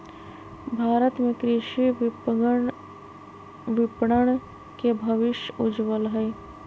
भारत में कृषि विपणन के भविष्य उज्ज्वल हई